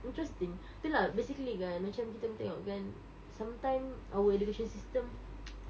interesting okay lah basically kan macam kita boleh tengok kan sometime our education system